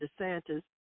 DeSantis